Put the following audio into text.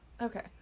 Okay